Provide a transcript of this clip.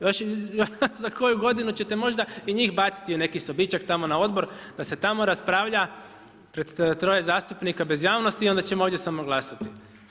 Još će za koju godinu ćete možda i njih baciti u neki sobičak tamo na odbor, da se tamo raspravlja pred troje zastupnika bez javnosti i onda ćemo ovdje samo glasati.